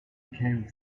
became